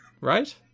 right